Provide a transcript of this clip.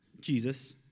Jesus